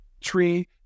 tree